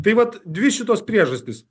tai vat dvi šitos priežastys